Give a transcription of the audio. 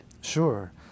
Sure